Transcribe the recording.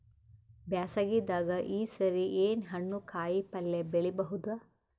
ಬ್ಯಾಸಗಿ ದಾಗ ಈ ಸರಿ ಏನ್ ಹಣ್ಣು, ಕಾಯಿ ಪಲ್ಯ ಬೆಳಿ ಬಹುದ?